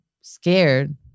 scared